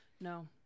No